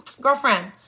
girlfriend